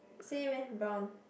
same eh brown